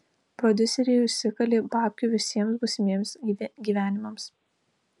prodiuseriai užsikalė babkių visiems būsimiems gyvenimams